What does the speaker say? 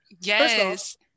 Yes